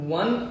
one